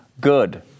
good